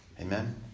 Amen